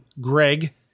Greg